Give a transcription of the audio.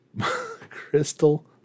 Crystal